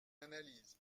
analyse